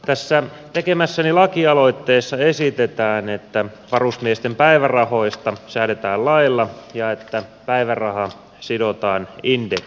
tässä tekemässäni lakialoitteessa esitetään että varusmiesten päivärahoista säädetään lailla ja että päiväraha sidotaan indeksiin